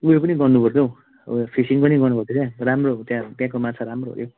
ऊ यो पनि गर्नुपर्छ हो अब फिसिङ पनि गर्नुपर्छ के राम्रो त्यहाँ त्यहाँको माछा राम्रो हो के